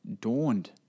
dawned